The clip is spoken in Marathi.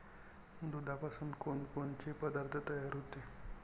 दुधापासून कोनकोनचे पदार्थ तयार होते?